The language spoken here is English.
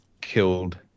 killed